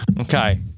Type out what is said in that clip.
Okay